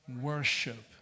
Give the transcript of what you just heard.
worship